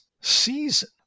season